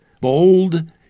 bold